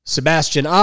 Sebastian